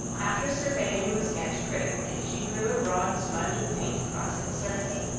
after surveying the sketch critically she drew a broad smudge of paint across its surface,